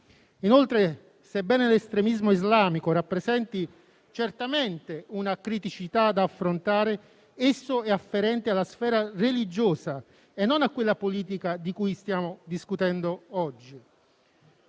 Inoltre, sebbene l'estremismo islamico rappresenti certamente una criticità da affrontare, esso è afferente alla sfera religiosa e non a quella politica di cui stiamo discutendo oggi.